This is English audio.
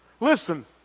Listen